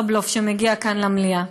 כאן, למליאה,